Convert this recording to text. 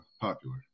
popular